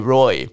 Roy